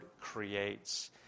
creates